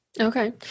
Okay